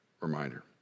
reminder